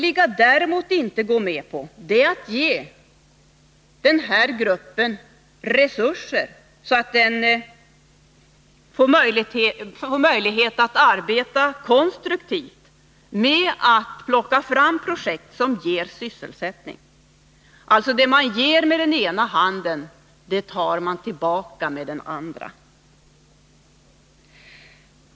Men vad de däremot inte går med på är att ge denna arbetsgrupp resurser, så att den får möjligheter att arbeta konstruktivt med att plocka fram projekt som ger sysselsättning. Det man ger med den ena handen tar man alltså tillbaka med den andra.